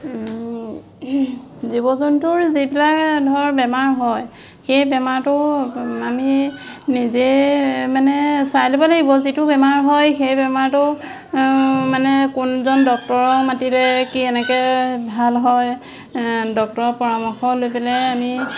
জীৱ জন্তুৰ যিবিলাক ধৰ বেমাৰ হয় সেই বেমাৰটো আমি নিজে মানে চাই ল'ব লাগিব যিটো বেমাৰ হয় সেই বেমাৰটো মানে কোনজন ডক্তৰক মাতিলে কি এনেকৈ ভাল হয় ডক্তৰৰ পৰামৰ্শ লৈ পেলাই আমি